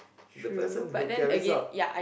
the person who carries out